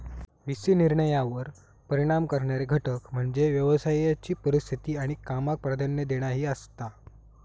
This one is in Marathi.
व्ही सी निर्णयांवर परिणाम करणारे घटक म्हणजे व्यवसायाची परिस्थिती आणि कामाक प्राधान्य देणा ही आसात